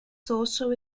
social